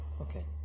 Okay